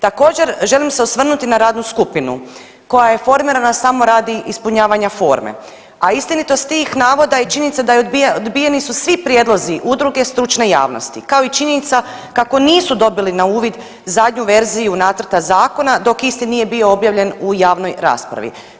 Također, želim se osvrnuti na radnu skupinu koja je formirana samo radi ispunjavanja forme, a istinitost tih navoda i činjenica da je odbijeni su svi prijedlozi udruge stručne javnosti, kao i činjenica kako nisu dobili na uvid zadnju verziju nacrta zakona, dok isti nije bio objavljen u javnoj raspravi.